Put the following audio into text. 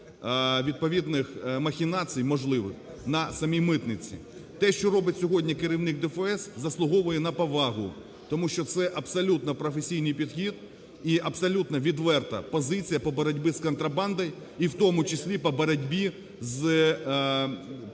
Те, що робить сьогодні керівник ДФС, заслуговує на повагу, тому що це абсолютно професійний підхід і абсолютно відверта позиція по боротьбі з контрабандою, і в тому числі по боротьбі зі всіма